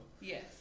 Yes